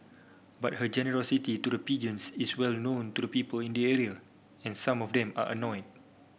but her generosity to the pigeons is well known to the people in the area and some of them are annoy